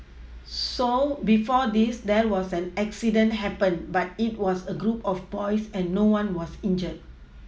so before this there was an accident happened but it was a group of boys and no one was injured